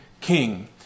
king